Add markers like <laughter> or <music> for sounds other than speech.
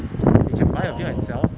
<noise> you can buy and view yourself